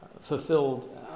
fulfilled